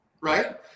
right